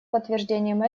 подтверждением